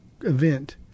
event